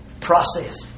process